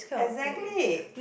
exactly